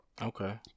Okay